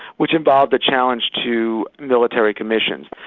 which involved a challenge to military commissions.